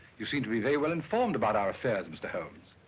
you seem to be very well informed about our affairs, mr. holmes.